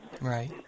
Right